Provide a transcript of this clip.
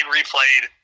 replayed